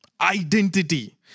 Identity